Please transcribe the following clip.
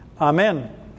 amen